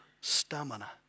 stamina